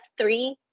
three